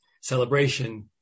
Celebration